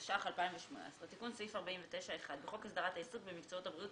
התשע"ח-2018 תיקון סעיף 49 1. בחוק הסדרת העיסוק במקצועות הבריאות,